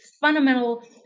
fundamental